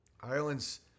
Ireland's